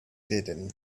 hidden